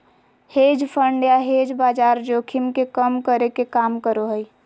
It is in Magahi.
हेज फंड या हेज बाजार जोखिम के कम करे के काम करो हय